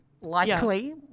likely